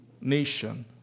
nation